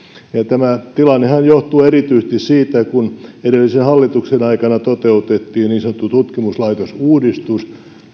tämä tilannehan johtuu erityisesti siitä kun edellisen hallituksen aikana toteutettiin niin sanottu tutkimuslaitosuudistus